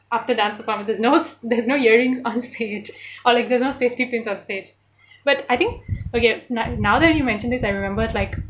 after dance performances no there's no earrings onstage or like you know there's no safety pins onstage but I think okay n~ now that you mention this I remembered like